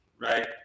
right